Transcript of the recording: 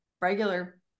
regular